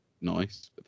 nice